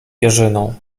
pierzyną